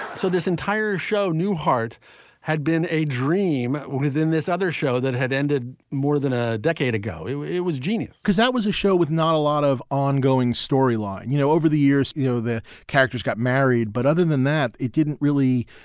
so this entire show, newhart had been a dream within this other show that had ended more than a decade ago it was genius because that was a show with not a lot of ongoing storyline. you know, over the years, you know, the characters got married. but other than that, it didn't really.